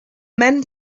men